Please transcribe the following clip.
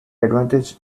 advantage